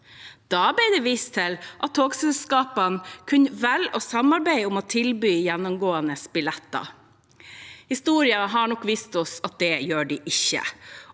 Da ble det vist til at togselskapene kunne velge å samarbeide om å tilby gjennomgående billetter. Historien har vist at dette gjør de ikke.